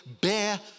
bear